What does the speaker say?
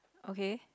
okay